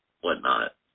whatnot